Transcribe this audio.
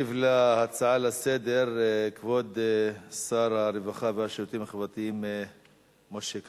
ישיב על ההצעה לסדר-היום כבוד שר הרווחה והשירותים החברתיים משה כחלון.